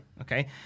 Okay